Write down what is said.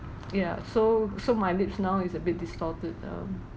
ya so so my lips now is a bit distorted um